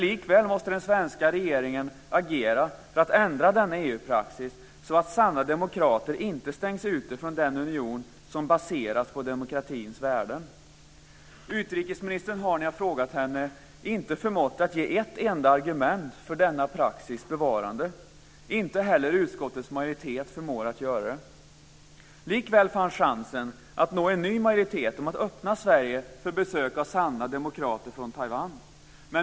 Likväl måste den svenska regeringen agera för att ändra denna EU-praxis så att sanna demokrater inte stängs ute från den union som baseras på demokratins värden. Utrikesministern har när jag har frågat henne inte förmått ge ett enda argument för denna praxis bevarande. Inte heller utskottets majoritet förmår göra det. Likväl fanns chansen att nå en ny majoritet om att öppna Sverige för besök av sanna demokrater från Taiwan.